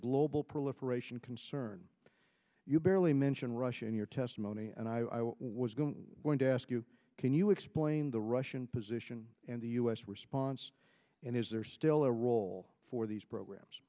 global prolife aeration concern you barely mentioned russia in your testimony and i was going to ask you can you explain the russian position and the u s response and is there still a role for these programs